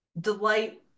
delight